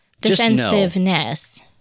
Defensiveness